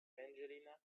angelina